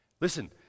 Listen